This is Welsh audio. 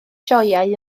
sioeau